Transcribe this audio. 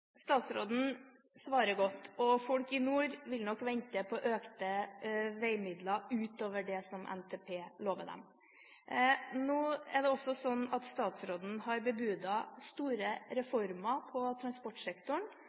Statsråden svarer godt, og folk i nord vil nok vente på økte veimidler utover det som NTP lover dem. Nå er det også sånn at statsråden har bebudet store reformer på transportsektoren,